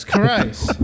Christ